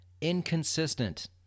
inconsistent